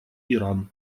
иран